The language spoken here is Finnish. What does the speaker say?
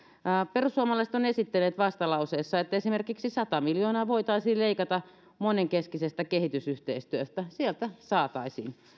perussuomalaiset ovat esittäneet vastalauseessaan että esimerkiksi sata miljoonaa voitaisiin leikata monenkeskisestä kehitysyhteistyöstä sieltä saataisiin